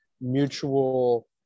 mutual